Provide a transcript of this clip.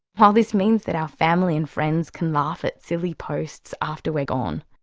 while this means that our family and friends can laugh at silly posts after we're gone,